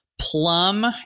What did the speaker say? plum